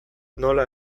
nola